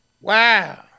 Wow